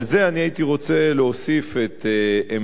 על זה אני הייתי רוצה להוסיף את עמדתי,